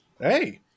Hey